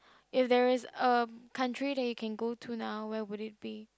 if there is a country that you can go to now where would it be